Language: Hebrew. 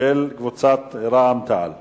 של קבוצת רע"ם-תע"ל